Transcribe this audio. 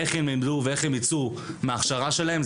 איך הם ילמדו ואיך הם ייצאו מן ההכשרה שלהם,